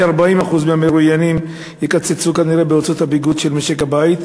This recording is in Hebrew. כ-40% מהמרואיינים יקצצו כנראה בהוצאות הביגוד של משק הבית.